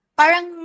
parang